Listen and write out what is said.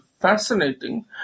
fascinating